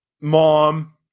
mom